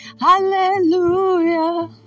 hallelujah